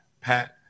pat